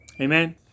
Amen